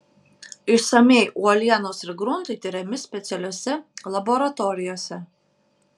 išsamiai uolienos ir gruntai tiriami specialiose laboratorijose